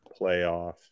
playoff